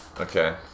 Okay